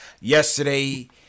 Yesterday